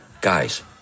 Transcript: guys